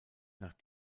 nach